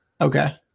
Okay